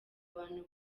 abantu